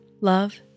love